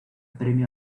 premio